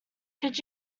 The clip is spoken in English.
could